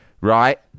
right